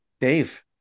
Dave